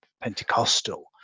Pentecostal